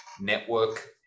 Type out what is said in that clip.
network